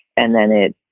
and then it